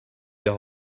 wir